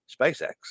SpaceX